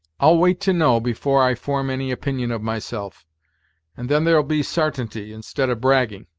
i'll wait to know, before i form any opinion of myself and then there'll be sartainty, instead of bragging.